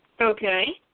Okay